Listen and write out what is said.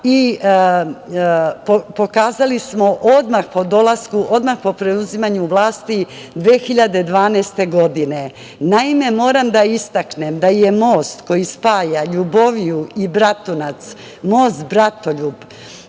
pokazali smo odmah po preuzimanju vlasti 2012. godine. Naime, moram da istaknem da je most koji spaja Ljuboviju i Bratunca, most Bratoljub